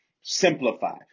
simplify